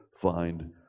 find